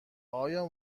آیا